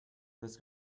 this